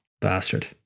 Bastard